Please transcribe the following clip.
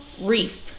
Reef